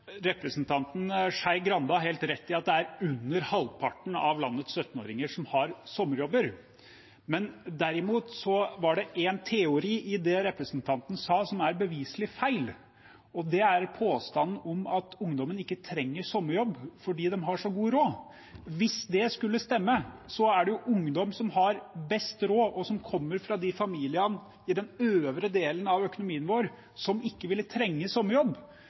Representanten Skei Grande har helt rett i at det er under halvparten av landets 17-åringer som har sommerjobber. Men derimot var det en teori i det representanten sa, som er beviselig feil, og det er påstanden om at ungdommen ikke trenger sommerjobb, fordi de har så god råd. Hvis det skulle stemme, er det ungdom som har best råd, og som kommer fra de familiene i den øvre delen av økonomien vår, som ikke ville trenge